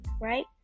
right